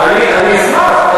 אני אשמח,